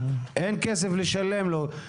אין כסף לשלם לו,